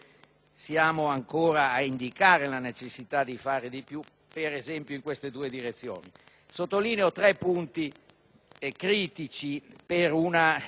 siamo ancora ad indicare la necessità di fare di più, per esempio, in queste due direzioni. Sottolineo tre punti critici, a